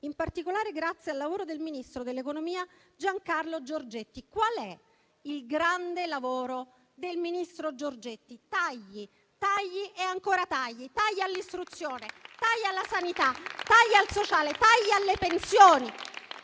in particolare grazie al lavoro del ministro dell'economia Giancarlo Giorgetti. Qual è il grande lavoro del ministro Giorgetti? Tagli, tagli e ancora tagli. Tagli all'istruzione, tagli alla sanità, tagli al sociale, tagli alle pensioni: